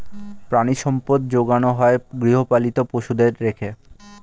প্রাণিসম্পদ যোগানো হয় গৃহপালিত পশুদের রেখে